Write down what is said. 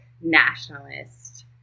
nationalist